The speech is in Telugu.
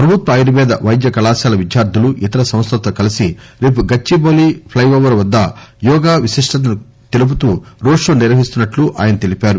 ప్రభుత్వ ఆయుర్వేద వైద్యకళాశాల విద్యార్లు ఇతర సంస్లలతో కలిసి రేపు గచ్చిబాలి ప్లె ఓవర్ వద్ద యోగా విశిష్ణతను తెలుపుతూ రోడ్ షో నిర్వహిస్తున్నట్టు ఆయన తెలిపారు